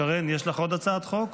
שרן, יש לך עוד הצעת חוק?